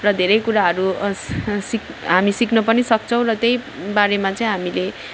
र धेरै कुराहरू सिक हामी सिक्न पनि सक्छौँ र त्यहीँ बारेमा चाहिँ हामीले